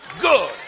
good